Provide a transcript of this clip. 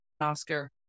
Oscar